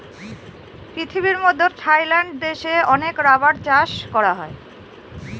পৃথিবীর মধ্যে থাইল্যান্ড দেশে অনেক রাবার চাষ করা হয়